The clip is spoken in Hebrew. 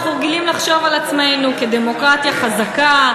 אנחנו רגילים לחשוב על עצמנו כעל דמוקרטיה חזקה,